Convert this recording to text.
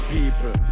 People